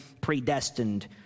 predestined